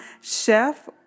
Chef